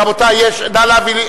רבותי, נא להביא לי.